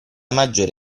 maggiore